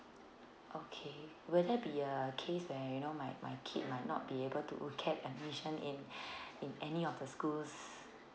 okay will there be a case that you know my my kid might not be able to get admission in in any of the schools